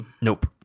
Nope